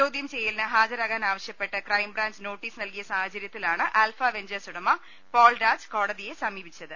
ചോദ്യം ചെയ്യലിന് ഹാജ രാകാനാവശ്യപ്പെട്ട് ക്രൈംബ്രാഞ്ച് നോട്ടീസ് നൽകിയ സാഹച ര്യത്തിലാണ് ആൽഫാ വെഞ്ചേഴ്സ് ഉടമ പോൾരാജ് കോടതിയെ സമീപിച്ചത്